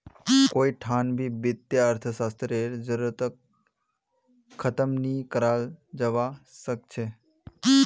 कोई ठान भी वित्तीय अर्थशास्त्ररेर जरूरतक ख़तम नी कराल जवा सक छे